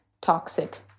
toxic